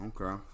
Okay